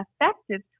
effective